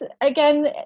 again